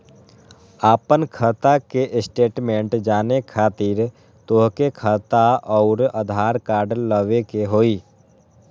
आपन खाता के स्टेटमेंट जाने खातिर तोहके खाता अऊर आधार कार्ड लबे के होइ?